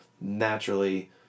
naturally